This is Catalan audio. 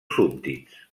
súbdits